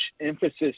emphasis